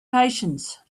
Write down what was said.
patience